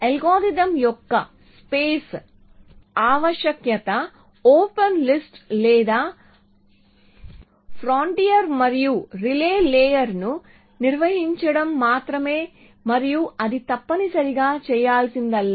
algorithm యొక్క space ఆవశ్యకత open list లేదా ఫ్రాంటియర్ మరియు రిలే లేయర్ని నిర్వహించడం మాత్రమే మరియు అది తప్పనిసరిగా చేయాల్సిందల్లా